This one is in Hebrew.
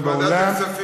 לוועדת הכספים.